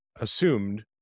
assumed